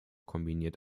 kombiniert